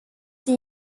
sie